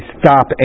stop